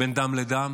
בין דם לדם,